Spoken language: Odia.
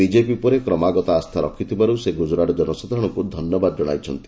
ବିକେପି ଉପରେ କ୍ରଗାମତ ଆସ୍ଥା ରଖିଥିବାରୁ ସେ ଗୁଜ୍ଜୁରାଟ ଜନସାଧାରଣଙ୍କୁ ଧନ୍ୟବାଦ ଜଣାଇଛନ୍ତି